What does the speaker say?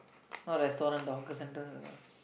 not restaurant the hawker center the